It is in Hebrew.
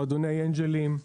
מועדוני אנג'לים,